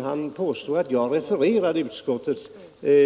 herr Werner påstod att jag refererade utskottets